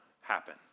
happen